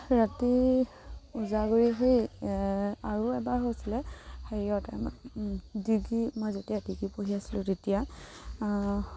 ৰাতি উজাগৰি হৈ আৰু এবাৰ হৈছিলে হেৰিয়ত ডিগ্ৰী মই যেতিয়া ডিগ্ৰী পঢ়ি আছিলোঁ তেতিয়া